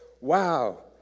Wow